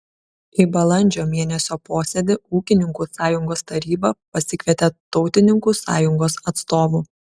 į balandžio mėnesio posėdį ūkininkų sąjungos taryba pasikvietė tautininkų sąjungos atstovų